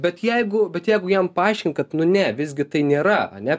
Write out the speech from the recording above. bet jeigu bet jeigu jam paaiškint kad nu ne visgi tai nėra ane